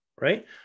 right